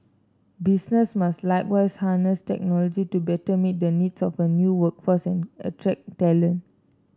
businesses must likewise harness technology to better meet the needs of a new workforce and attract talent